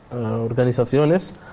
organizaciones